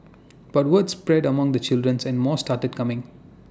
but word spread among the children's and more started coming